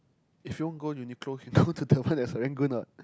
if you want to go Uniqlo you can go to the one at Serangoon [what]